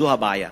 זו הבעיה.